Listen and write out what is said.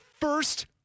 first